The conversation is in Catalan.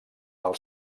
del